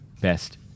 best